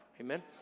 Amen